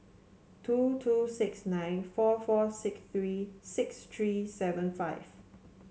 two two six nine four four six three six three seven five